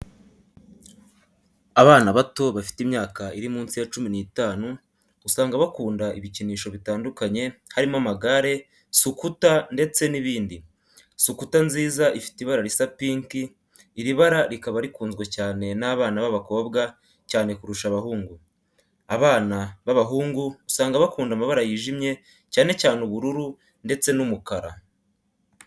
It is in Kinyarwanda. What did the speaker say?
Abana bato bafite imyaka iri munsi ya cumi n'itanu usanga bakunda ibikinisho bitandukanye harimo amagare, sukuta ndetse nibindi. Sukuta nziza ifite ibara risa pinki, iri bara rikaba rikunzwe cyane n'abana ba bakobwa cyane kurusha abahungu, abana baba hungu usanga bakunda amabara yijimye cyane cyane ubururu, ndetse n'umukara.